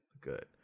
good